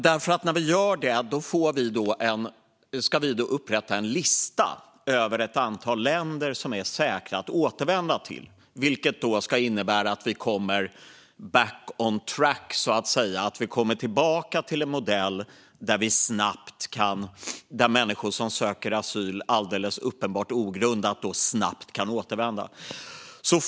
När vi gör det ska vi upprätta en lista över ett antal länder som är säkra att återvända till, vilket ska innebära att vi kommer back on track, så att säga - tillbaka till en modell där människor som söker asyl alldeles uppenbart ogrundat snabbt kan återvända.